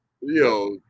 yo